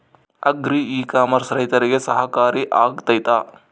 Agri e commerce ರೈತರಿಗೆ ಸಹಕಾರಿ ಆಗ್ತೈತಾ?